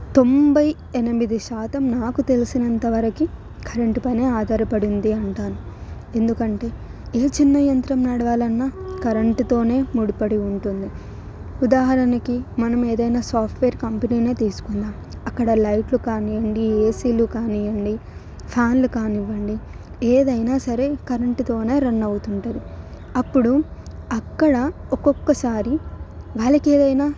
తొంభై ఎనిమిది శాతం నాకు తెలిసినంతవరకు కరెంట్ పైన ఆధారపడి ఉంది అని అంటాను ఎందుకంటే ఏ చిన్న యంత్రం నడవాలి అన్న కరెంటుతోనే ముడిపడి ఉంటుంది ఉదాహరణకి మనం ఏదైనా సాఫ్ట్వేర్ కంపెనీనే తీసుకుందాం అక్కడ లైట్లు కానీయండి ఏసీలు కానీయండి ఫ్యాన్లు కానివ్వండి ఏదైనా సరే కరెంటుతోనే రన్ అవుతుంటుంది అప్పుడు అక్కడ ఒక్కొక్కసారి వాళ్ళకి ఏదైనా